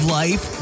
life